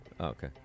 Okay